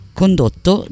condotto